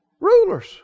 rulers